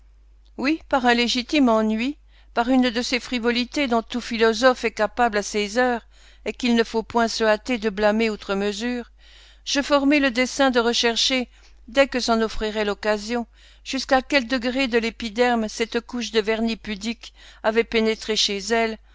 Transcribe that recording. oui par un légitime ennui par une de ces frivolités dont tout philosophe est capable à ses heures et qu'il ne faut point se hâter de blâmer outre mesure je formai le dessein de rechercher dès que s'en offrirait l'occasion jusqu'à quel degré de l'épiderme cette couche de vernis pudique avait pénétré chez elle